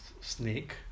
snake